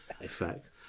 effect